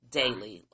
daily